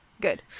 good